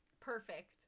Perfect